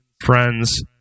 friends